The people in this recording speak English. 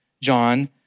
John